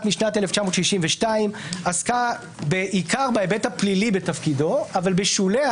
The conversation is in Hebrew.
משנת 1962 שעסקה בעיקר בהיבט הפלילי בתפקידו אבל בשוליה